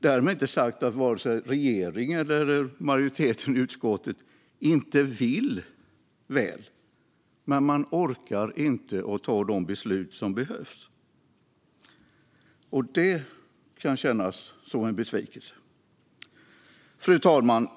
Därmed inte sagt att regeringen eller majoriteten i utskottet inte vill väl, men man orkar inte ta de beslut som behövs. Det kan kännas som en besvikelse. Fru talman!